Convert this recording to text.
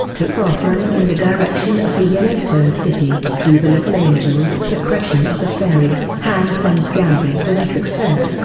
took off running in the direction of the yellowstone city. through the little angel's suppression of the fairy, han sen's gambit was a success,